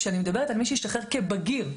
כשאני מדברת על מי שהשתחרר כבגיר,